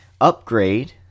Upgrade